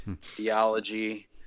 theology